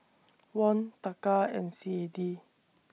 Won Taka and C A D